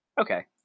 Okay